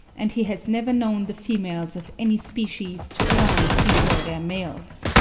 and he has never known the females of any species to arrive before their males.